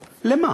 למה?